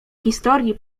historii